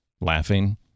laughing